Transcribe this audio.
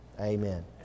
Amen